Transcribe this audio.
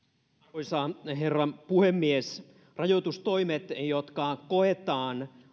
arvoisa herra puhemies rajoitustoimia jotka koetaan